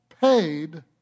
paid